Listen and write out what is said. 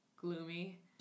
gloomy